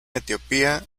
etiopía